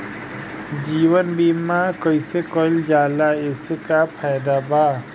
जीवन बीमा कैसे कईल जाला एसे का फायदा बा?